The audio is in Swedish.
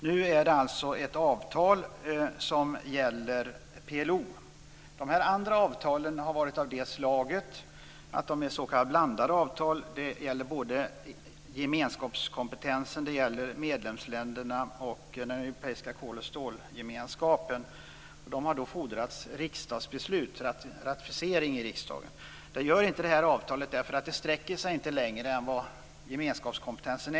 Nu gäller det alltså ett avtal med PLO. De andra avtalen har varit s.k. blandade avtal, dvs. de har gällt gemenskapskompetensen, medlemsländerna och den europeiska kol och stålgemenskapen, och har fordrat riksdagsbeslut för att ratificeras. Det gör inte det här avtalet, eftersom det inte sträcker sig längre än gemenskapskompetensen.